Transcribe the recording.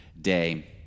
Day